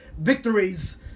victories